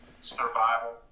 survival